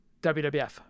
WWF